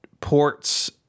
ports